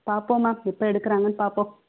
பார்ப்போம் மேம் எப்போ எடுக்குகிறாங்கன்னு பார்ப்போம்